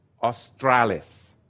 Australis